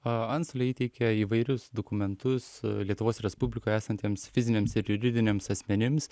antstoliai teikia įvairius dokumentus lietuvos respublikoje esantiems fiziniams ir juridiniams asmenims